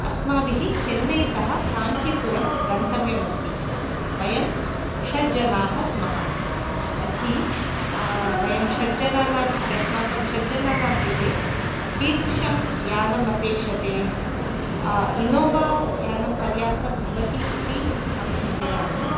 अस्माभिः चन्नैतः काञ्चीपुरं गन्तव्यमस्ति वयं षड्जनाः स्मः तर्हि वयं षड्जनानां कृते अस्माकं षड्जनानां कृते कीदृशं यानम् अपेक्षते इनोवायानं पर्याप्तं भवति इति अहं चिन्तयामि